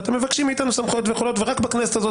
ואתם מבקשים מאיתנו סמכויות ויכולות ורק בכנסת הזאת